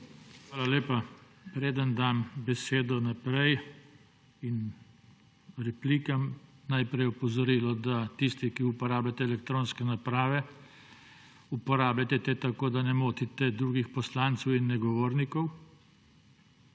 Hvala lepa. Preden dam besedo naprej in replikam, najprej opozorilo, da tisti, ki uporabljate elektronske naprave, uporabljajte te tako, da ne motite drugih poslancev in govornikov,